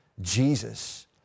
Jesus